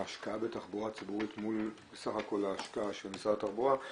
ההשקעה בתחבורה ציבורית מול סך כל ההשקעה של משרד התחבורה.